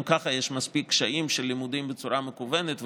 גם ככה יש מספיק קשיים של לימודים בצורה מקוונת וכו'.